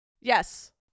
yes